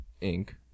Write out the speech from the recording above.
ink